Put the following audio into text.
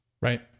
Right